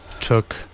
took